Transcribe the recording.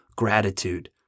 gratitude